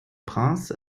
prince